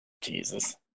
Jesus